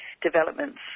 developments